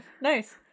nice